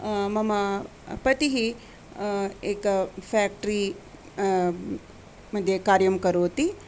मम पतिः एक फ़्याक्ट्री मध्ये कार्यं करोति